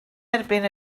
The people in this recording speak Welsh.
erbyn